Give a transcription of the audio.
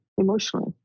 emotionally